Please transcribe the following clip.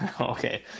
okay